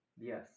Yes